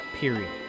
period